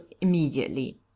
immediately